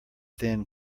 thin